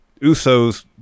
Usos